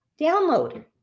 download